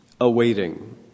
awaiting